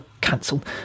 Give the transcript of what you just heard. cancelled